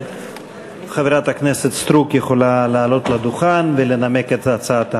חברת הכנסת סטרוק יכולה לעלות לדוכן ולנמק את הצעתה.